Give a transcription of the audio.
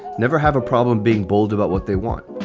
never have a problem being bold about what they want.